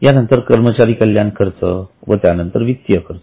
यानंतर कर्मचारी कल्याण खर्च व त्यानंतर वित्तीय खर्च